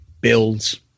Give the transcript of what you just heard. builds